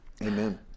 Amen